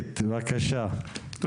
מי